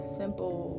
simple